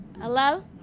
Hello